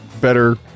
better